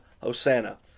Hosanna